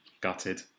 Gutted